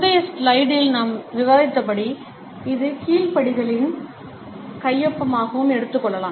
முந்தைய ஸ்லைடில் நாம் விவாதித்தபடி இது கீழ்ப்படிதலின் கையொப்பமாகவும் எடுத்துக் கொள்ளலாம்